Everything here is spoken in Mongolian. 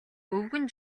өвгөн